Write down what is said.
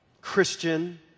Christian